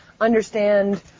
understand